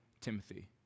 Timothy